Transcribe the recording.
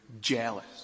jealous